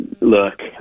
look